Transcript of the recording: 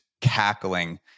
cackling